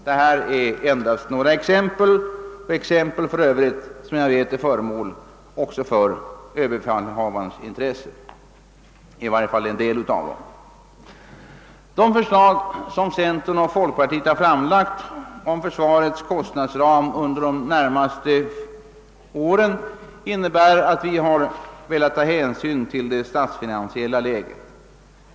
Detta är bara några exempel — som jag för övrigt vet är föremål för också överbefälhavarens intresse, i varje fall en del av dem. De förslag som centern och folkpartiet har framlagt om försvarets kostnadsram under de närmaste åren innebär att vi har velat ta hänsyn till det statsfinansiella läget.